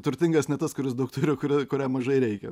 turtingas ne tas kuris daug turi o kuri kuriam mažai reikia